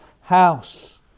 house